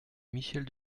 michèle